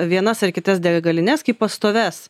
vienas ar kitas degalines kaip pastovias